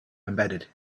embedded